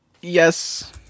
yes